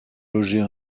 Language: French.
loger